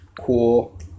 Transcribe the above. Cool